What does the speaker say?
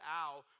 out